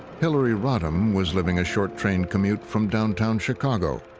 hillary rodham was living a short train commute from downtown chicago.